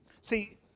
See